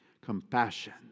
compassion